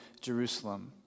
Jerusalem